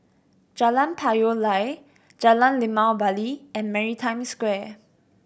Jalan Payoh Lai Jalan Limau Bali and Maritime Square